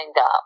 up